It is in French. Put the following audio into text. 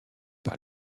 par